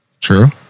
true